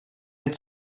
had